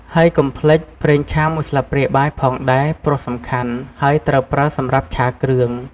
ហើយកុំភ្លេច! ប្រេងឆា ១ ស្លាបព្រាបាយផងដែរ ព្រោះសំខាន់ ហើយត្រូវប្រើសម្រាប់ឆាគ្រឿង។